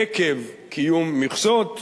עקב קיום מכסות,